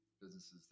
businesses